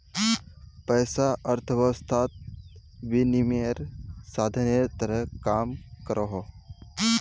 पैसा अर्थवैवस्थात विनिमयेर साधानेर तरह काम करोहो